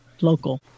local